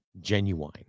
genuine